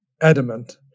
adamant